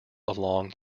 along